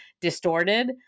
distorted